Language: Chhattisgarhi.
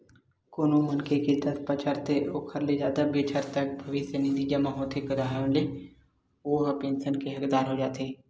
कोनो मनखे के दस बछर ते ओखर ले जादा बछर तक भविस्य निधि जमा होथे ताहाँले ओ ह पेंसन के हकदार हो जाथे